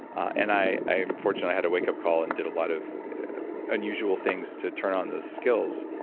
and i i am fortunate i had a wake-up call and did a lot of unusual things to turn on those skills.